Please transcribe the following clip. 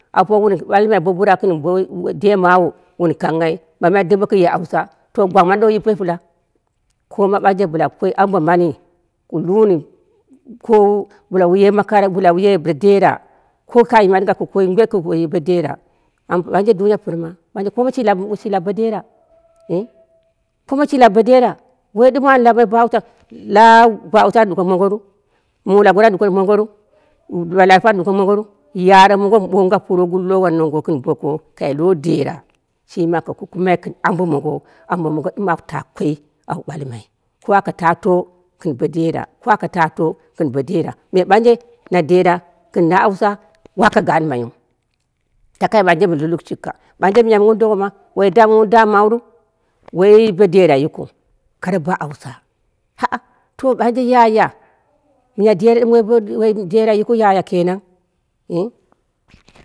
Apowu wun ɓalmai gɨn bo bura gɨn woi wun de mawu wun kanghai mamai dɨm bokuye hausha, to gwang mani yi pɨla. Koma ɓanje bɨla koi ambo mani ku luni ko bɨla wure maka bɨlawu ye bo dera ko ka yimai ɗɨugna ku koi ngwet bɨla kuye bo dera ɓanje duniya pɨrma koma shi lab shi lab bodera ngh koma shi lab bodera, woi ɗɨn an lab bo haushau la bo haushai an ɗuko mongoru, muu laguwat an ɗuko monguru. La larpu an ɗuko mongoru, yare mongo mɨ ɓowa puroguruwu lowa nongo gɨn boko kai lo dera, shi mi aka kukumai gɨn ambo mongo ambo mongo ɗɨm au ta koi, au ɓalmai ko aka ta to gɨn bodera ko aka ta to gɨn bodera, me ɓanje na dera gɨn na hausha waka gaanmaiyiu, takai ɓanje mɨn lulukshukka, ɓanje miya wun do wa ma woi damuwuni dammaru woi bo dera yikɨu kara bo hausha ba'a to ɓanje yaya ɗɨm miya dera woi bo dera yikɨu yaya ke naneh.